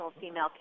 female